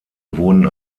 wurden